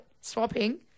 swapping